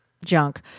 Junk